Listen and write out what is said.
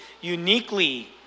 uniquely